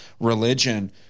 religion